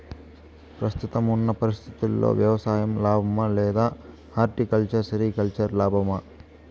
ప్రస్తుతం ఉన్న పరిస్థితుల్లో వ్యవసాయం లాభమా? లేదా హార్టికల్చర్, సెరికల్చర్ లాభమా?